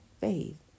faith